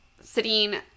sitting